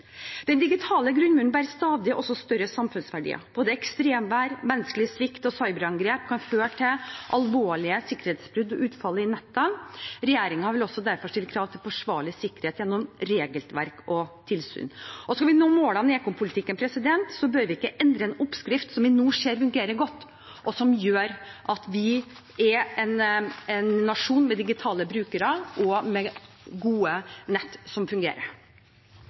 Den digitale grunnmuren bærer også stadig større samfunnsverdier. Både ekstremvær, menneskelig svikt og cyberangrep kan føre til alvorlige sikkerhetsbrudd og utfall i nettene. Regjeringen vil derfor også stille krav til forsvarlig sikkerhet gjennom regelverk og tilsyn. Skal vi nå målene i ekom-politikken, bør vi ikke endre en oppskrift som vi nå ser fungerer godt, og som gjør at vi er en nasjon med digitale brukere og med gode nett som fungerer.